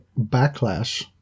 backlash